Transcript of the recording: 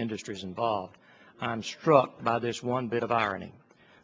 industries involved i'm struck by this one bit of irony